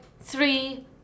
three